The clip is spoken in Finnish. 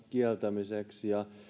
kieltämiseksi